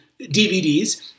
DVDs